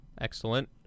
Excellent